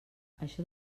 això